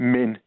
Men